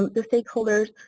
and the stakeholders,